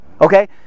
Okay